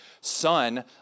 son